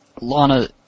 Lana